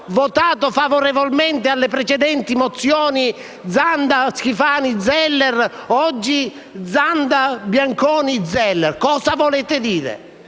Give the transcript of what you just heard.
votato favorevolmente alle precedenti mozioni a firma Zanda, Schifani, Zeller, oggi Zanda, Bianconi, Zeller? Cosa volete dire